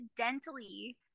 accidentally